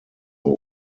was